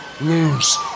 lose